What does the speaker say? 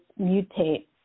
mutate